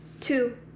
two